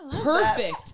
perfect